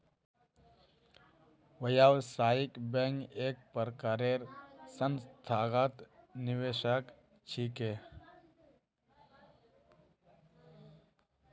व्यावसायिक बैंक एक प्रकारेर संस्थागत निवेशक छिके